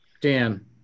Dan